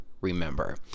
remember